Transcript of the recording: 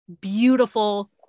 beautiful